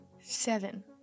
Seven